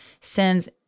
sends